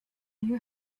your